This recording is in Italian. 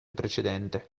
precedente